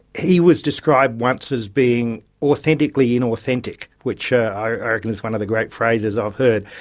he was described once as being authentically inauthentic, which i reckon is one of the great phrases i've heard.